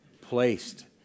placed